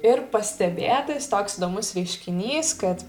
ir pastebėtas toks įdomus reiškinys kad